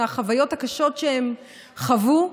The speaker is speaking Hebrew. מהחוויות הקשות שהם חוו,